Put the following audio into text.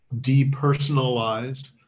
depersonalized